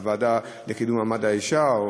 הוועדה לקידום מעמד האישה,